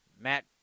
Matt